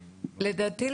לדעתי,